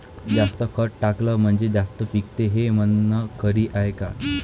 जास्त खत टाकलं म्हनजे जास्त पिकते हे म्हन खरी हाये का?